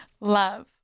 Love